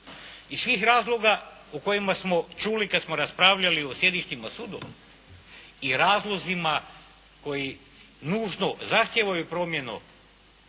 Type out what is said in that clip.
Iz svih razloga o kojima smo čuli kad smo raspravljali o sjedištima sudova i razlozima koji nužno zahtijevaju promjenu